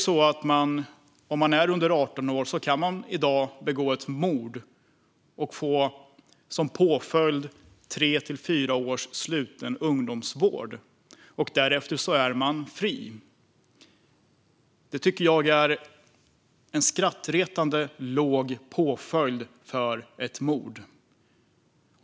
Om man är under 18 år kan man i dag begå ett mord och få som påföljd tre till fyra års sluten ungdomsvård. Därefter är man fri. Det tycker jag är en skrattretande låg påföljd för ett mord.